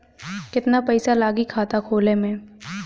केतना पइसा लागी खाता खोले में?